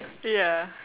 ya